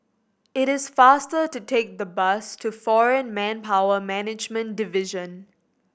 it is faster to take the bus to Foreign Manpower Management Division